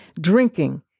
drinking